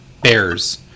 Bears